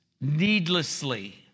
needlessly